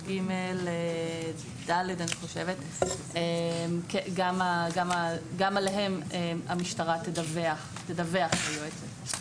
10יג(ד), גם עליהם המשטרה תדווח ליועצת.